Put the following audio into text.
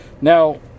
Now